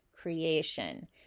creation